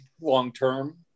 long-term